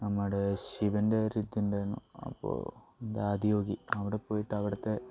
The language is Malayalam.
നമ്മുടെ ശിവൻ്റെ ഒരു ഇതുണ്ടായിരുന്നു അപ്പം എന്താണ് ആദിയോഗി അവടെ പോയിട്ട് അവിടത്തെ